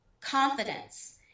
confidence